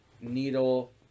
needle